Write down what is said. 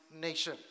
nation